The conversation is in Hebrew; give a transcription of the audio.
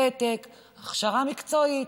ותק, הכשרה מקצועית.